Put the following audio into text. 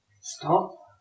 Stop